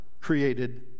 created